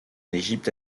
égypte